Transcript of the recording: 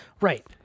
Right